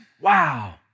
wow